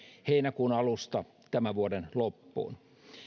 heinäkuun alusta tämän vuoden loppuun